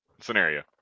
scenario